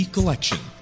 Collection